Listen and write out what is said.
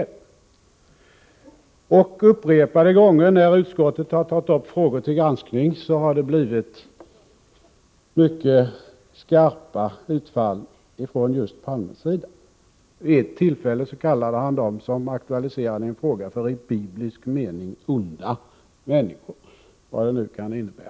gå statsrådens tjänste Upprepade gånger när utskottet tagit upp frågor till granskning har det blivit mycket skarpa utfall ifrån just Olof Palmes sida. Vid ett tillfälle kallade han dem som aktualiserade en fråga för i biblisk mening onda människor — vad nu det kan innebära.